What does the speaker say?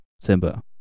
Simba